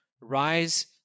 Rise